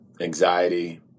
anxiety